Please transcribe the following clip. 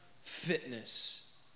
fitness